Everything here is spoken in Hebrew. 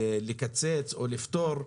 לקצץ או לפטור,